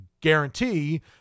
guarantee